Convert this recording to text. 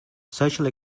social